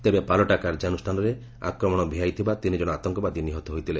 ତେବେ ପାଲଟା କାର୍ଯ୍ୟାନୁଷ୍ଠାନରେ ଆକ୍ରମଣ ଭିଆଇଥିବା ତିନି ଜଣ ଆତଙ୍କବାଦୀ ନିହତ ହୋଇଥିଲେ